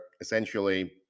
essentially